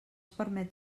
permet